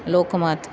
Lokmat